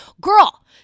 girl